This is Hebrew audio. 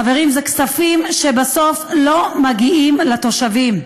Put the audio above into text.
חברים, אלה כספים שבסוף לא מגיעים לתושבים.